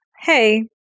hey